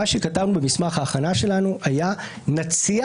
מה שכתבנו במסמך ההכנה שלנו היה שנציע